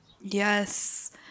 Yes